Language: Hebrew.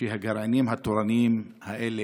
שהגרעינים התורניים האלה,